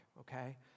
okay